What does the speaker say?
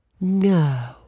No